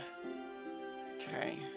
Okay